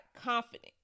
confident